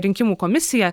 rinkimų komisija